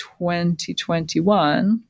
2021